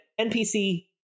NPC